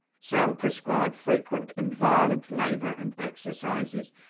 some prescribe frequent and violent labour and exercises,